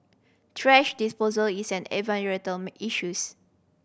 thrash disposal is an environmental issues